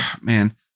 Man